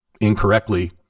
incorrectly